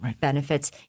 Benefits